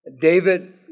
David